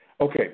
Okay